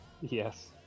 yes